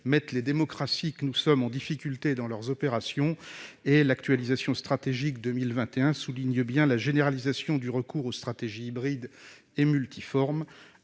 mettent nos démocraties en difficulté dans leurs opérations. L'actualisation stratégique 2021 souligne bien « la généralisation du recours aux stratégies hybrides et multiformes